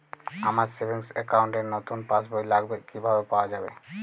আমার savings account র নতুন পাসবই লাগবে, কিভাবে পাওয়া যাবে?